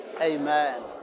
Amen